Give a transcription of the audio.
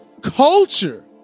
culture